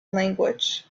language